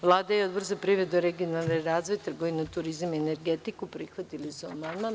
Vlada i Odbor za privredu, regionalni razvoj, trgovinu, turizam i energetiku prihvatili su amandman.